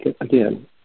again